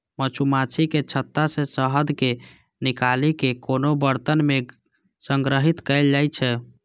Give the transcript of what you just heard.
मछुमाछीक छत्ता सं शहद कें निकालि कें कोनो बरतन मे संग्रहीत कैल जाइ छै